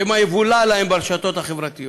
שמא יבולע להם ברשתות החברתיות.